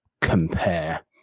compare